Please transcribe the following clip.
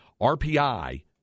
RPI